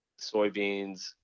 soybeans